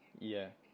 yeah